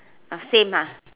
same ah